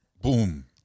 boom